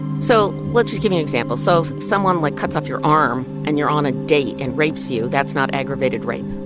so let's just give you an example. so someone, like, cuts off your arm and you're on a date and rapes you, that's not aggravated rape